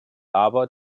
aber